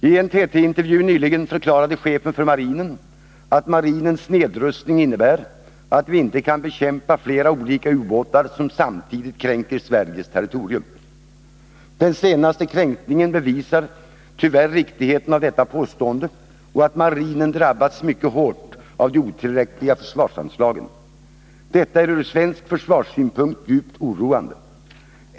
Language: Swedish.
I en TT-intervju nyligen förklarade chefen för marinen att marinens nedrustning innebär att vi inte kan bekämpa flera olika ubåtar som samtidigt kränker Sveriges territorium. Den senaste kränkningen bevisar tyvärr riktigheten av detta påstående och att marinen drabbats mycket hårt av de otillräckliga försvarsanslagen. Detta är ur svensk försvarssynpunkt djupt oroande.